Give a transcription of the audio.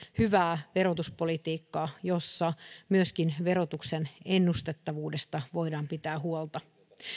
hyvää verotuspolitiikkaa jossa myöskin verotuksen ennustettavuudesta voidaan pitää huolta